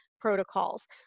protocols